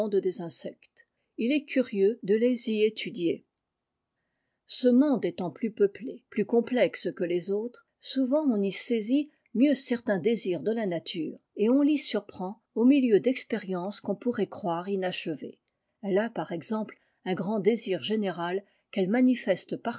des insectes il est curieux de les y étudier ce monde étant plus peuplé plus complexe que les autres souvent on y saisit mieux certains désirs de la nature et on l'y surprend au milieu d'expériences qu'on pourrait croire inachevées elle a par exemple un grand désir général qu'elle manifeste